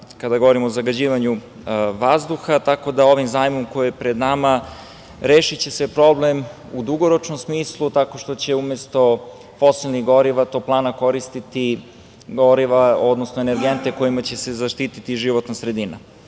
kada govorimo o zagađivanju vazduha, tako da ovim zajmom koji je pred nama rešiće se problem u dugoročnom smislu tako što će umesto fosilnih goriva toplana koristiti goriva, odnosno energente kojima će se zaštiti životna sredina. Nije